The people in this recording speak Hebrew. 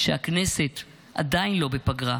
שהכנסת עדיין לא בפגרה.